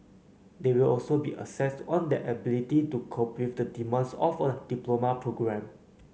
they will also be assessed on their ability to cope with the demands of a diploma programme